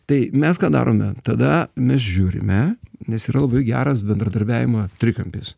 tai mes ką darome tada mes žiūrime nes yra labai geras bendradarbiavimo trikampis